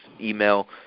email